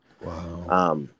Wow